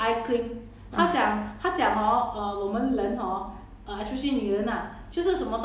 不用 hor 为什么 ah why ah